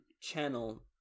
channel